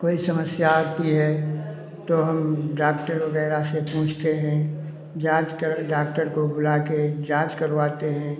कोई समस्या आती है तो हम डाक्टर वगैरह से पूछते हैं जाँच कर डाक्टर को बुला के जाँच करवाते हैं